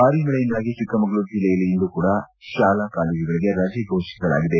ಭಾರೀ ಮಳೆಯಿಂದಾಗಿ ಚಿಕ್ಕಮಗಳೂರು ಜಿಲ್ಲೆಯಲ್ಲಿ ಇಂದು ಕೂಡಾ ಶಾಲಾ ಕಾಲೇಜುಗಳಿಗೆ ರಜೆ ಫೋಷಿಸಲಾಗಿದೆ